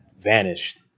vanished